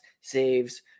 saves